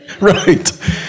right